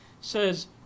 says